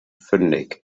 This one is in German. fündig